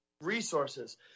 resources